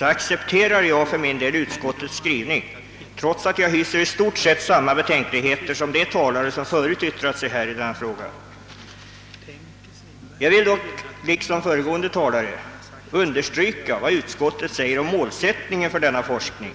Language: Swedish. accepterar jag för min del utskottets skrivning, trots att jag i stort sett hyser samma betänkligheter som de talare som förut yttrat sig här i denna fråga. Liksom föregående talare vill jag dock understryka vad utskottet säger om målsättningen för denna forskning.